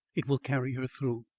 it will carry her through.